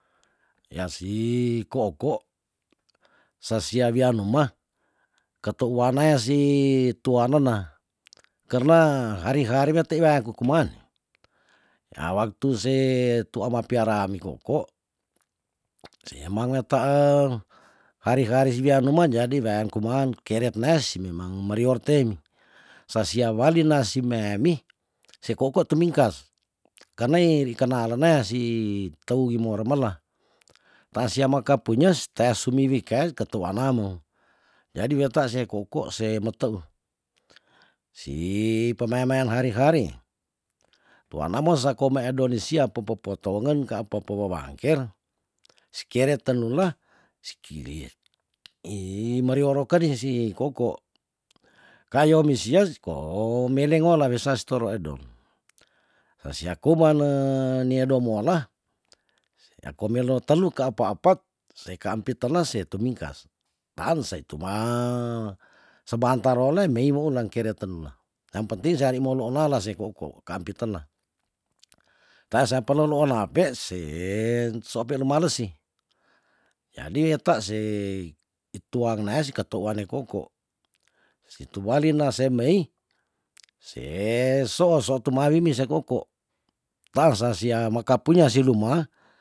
Ya si koukou sasia wian numa kato wana ya si tuanena karna hari hari ngate wea kukuman awaktu se tuama piaraan ni koikou sea mangetaan hari hari si wia numa jadi weangkumaan keretnas memang marior teim sasiawali nasi meemi sekokor tumingkas karna iri kenalena si toui moramela taasia meka punya tasumiwika katua naamo, jadi weta se koukou se meteu si pemaimain hari hari tuana mo sa koma e donesiap mpopotoongen ka apa pewewangker sikeret tenula sikili imarioroker nyesi koukou kayo me sia ko melengola wesas toro edong hesia kumane nia domoola komelotelu ka apa apat se kaampit tenas se temingkas taan saituma sebantar ole meimo ulang keret tenuna yang penting seari moloola lase koukou kaampit tena taasa peloloonaape se suape nemanesi jadi weta se tuangna sekatou wane koukou situ walina semei se soosotumaa mimis koukou taasa sia makapunya si luma